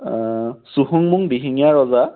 অঁ চুহুংমুং দিহিঙীয়া ৰজা